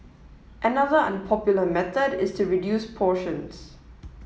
another unpopular method is to reduce portions